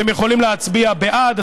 אתם יכולים להצביע בעד,